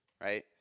right